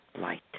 light